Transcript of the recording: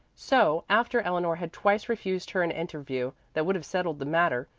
so after eleanor had twice refused her an interview that would have settled the matter,